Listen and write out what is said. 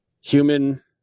Human